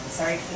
sorry